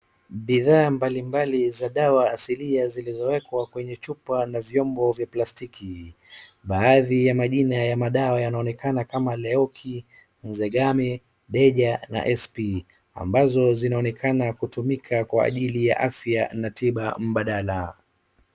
bidhaa mbalimbali za dawa asili zilowekwa kwenye chupa na vyombo vya plastiki, baadhi ya majina ya madawa yanaonekana kama vile Leoki, Nzegame ,Deja na SP ambazo zinaonekana kutumika kwa ajili ya afya na tiba mbadala